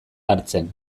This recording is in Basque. hartzen